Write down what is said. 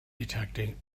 detecting